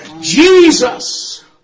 Jesus